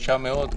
קשה מאוד,